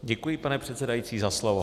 Děkuji, pane předsedající, za slovo.